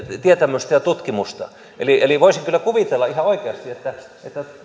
tietämystä ja tutkimusta eli eli voisin kyllä kuvitella ihan oikeasti että